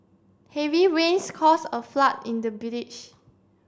heavy rains cause a flood in the village